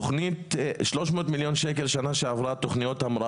תוכנית 300 מיליון שקלים בשנה שעברה,